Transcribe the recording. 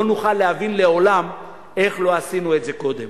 לא נוכל לעולם להבין איך לא עשינו את זה קודם.